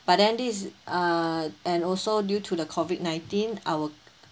but then this err and also due to the COVID nineteen our